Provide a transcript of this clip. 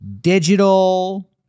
digital